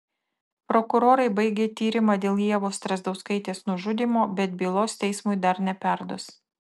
prokurorai baigė tyrimą dėl ievos strazdauskaitės nužudymo bet bylos teismui dar neperduos